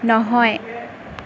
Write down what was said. নহয়